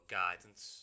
guidance